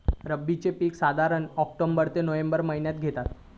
रब्बीचा पीक साधारण ऑक्टोबर ते नोव्हेंबर महिन्यात घेतत